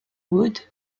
wood